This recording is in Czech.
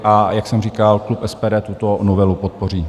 A jak jsem říkal, klub SPD tuto novelu podpoří.